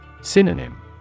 Synonym